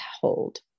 hold